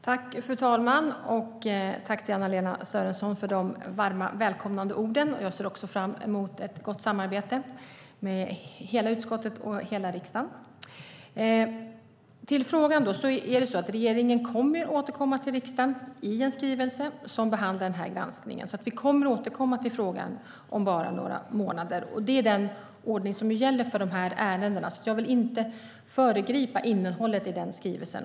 Fru talman! Tack, Anna-Lena Sörenson, för de varma välkomnande orden! Jag ser också fram emot ett gott samarbete med hela utskottet och hela riksdagen. Om jag då går till frågan är det så att regeringen kommer att återkomma till riksdagen i en skrivelse som behandlar denna granskning. Vi kommer alltså att återkomma till frågan om bara några månader. Det är den ordning som gäller för dessa ärenden, så jag vill inte föregripa innehållet i den skrivelsen.